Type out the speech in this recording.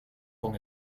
con